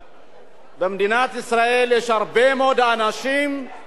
במדינת ישראל יש הרבה מאוד אנשים שעובדים